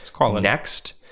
next